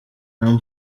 jean